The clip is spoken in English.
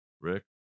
Rick